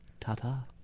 Ta-ta